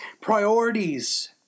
priorities